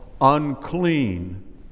unclean